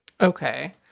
Okay